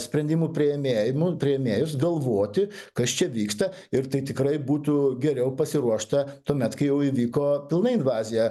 sprendimų priėmėjamu priėmėjus galvoti kas čia vyksta ir tai tikrai būtų geriau pasiruošta tuomet kai jau įvyko pilnai invazija